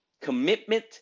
commitment